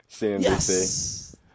Yes